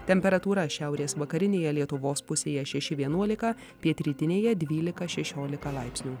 temperatūra šiaurės vakarinėje lietuvos pusėje šeši vienuolika pietrytinėje dvylika šešiolika laipsnių